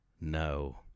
No